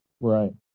Right